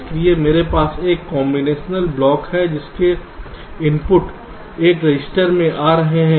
इसलिए मेरे पास एक कांबिनेशनल ब्लॉक है जिसके इनपुट एक रजिस्टर से आ रहे हैं